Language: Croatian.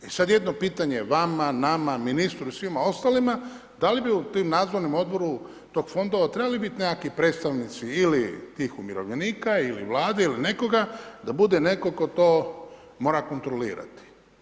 I sad jedno pitanje vama, nama, ministru, svima ostalima, da li bi u tim nadzornim odboru tog fonda trebali biti nekakvi predstavnici ili tih umirovljenika ili Vlade ili nekoga da bude netko tko to mora kontrolirati.